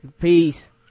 Peace